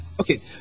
Okay